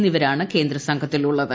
എന്നിവരാണ് കേന്ദ്ര സംഘത്തിലുള്ളത്